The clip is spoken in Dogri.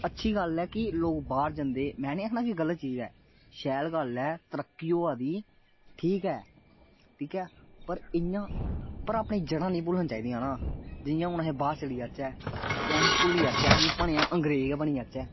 अच्छी गल्ल ऐ कि लोग बाहर जंदे मैं नी आखना की गलत चीज ऐ शैल गल्ल ऐ तरक्की होआ दी ठीक ऐ ठीक ऐ पर इयां पर अपने जड़़ां नी भुल्लनी चाइदियां न जियां हुन अहें बाहर चली जाह्चे ते अहें भुल्ली जाह्चे अहें भलेयां अंग्रेज बनी जाह्चे